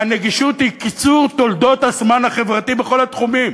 נגישות היא קיצור תולדות הזמן החברתי בכל התחומים,